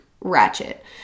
ratchet